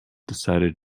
decided